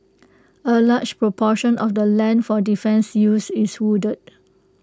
A large proportion of the land for defence use is wooded